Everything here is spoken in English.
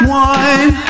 one